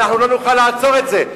אנחנו לא נוכל לעצור את זה.